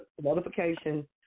notification